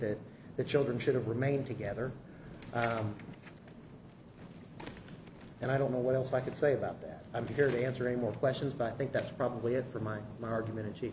that the children should have remained together and i don't know what else i could say about that i'm here to answer any more questions but i think that's probably it for my argument in